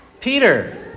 Peter